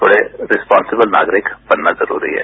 थोड़ा रिसपोन्सिबल नागरिक बनना जरूरी है